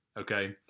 okay